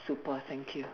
super thank you